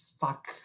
Fuck